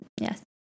yes